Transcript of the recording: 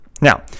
Now